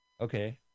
Okay